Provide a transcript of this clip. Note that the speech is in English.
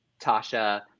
Tasha